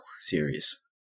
series